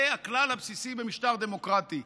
זה הכלל הבסיסי במשטר דמוקרטי,